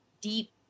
deep